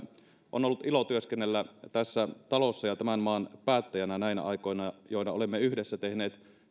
ollut ilo työskennellä tässä talossa ja tämän maan päättäjänä näinä aikoina joina olemme yhdessä tehneet